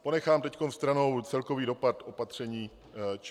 Ponechám teď stranou celkový dopad opatření ČNB.